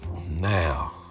Now